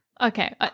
Okay